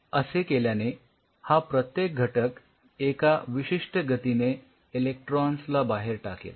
असे केल्याने हा प्रत्येक घटक एक विशिष्ट गतिने इलेक्ट्रॉन्स ला बाहेर टाकेल